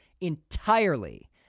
entirely